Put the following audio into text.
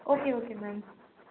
okay okay ma'am